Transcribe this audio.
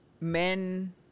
men